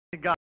God